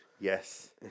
yes